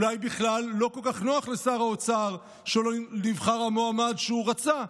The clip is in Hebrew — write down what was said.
אולי בכלל לא כל כך נוח לשר האוצר שלא נבחר המועמד שהוא רצה,